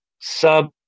sub